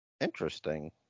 Interesting